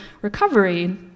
recovery